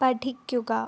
പഠിക്കുക